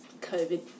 COVID